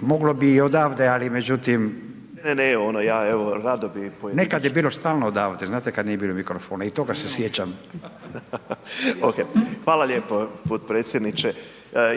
moglo bi i odavde, ali međutim …/Upadica: Ne, ne, ja evo rado bi pojedinačno/…nekad je bilo stalno odavati znate kad nije bilo mikrofona i toga se sjećam …/Smijeh/… **Panenić, Tomislav (MOST)** Okej, hvala lijepo potpredsjedniče.